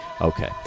Okay